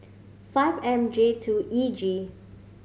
five M J two E G